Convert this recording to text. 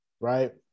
right